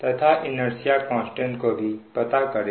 तथा inertia constant को भी पता करें